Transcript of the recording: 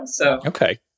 Okay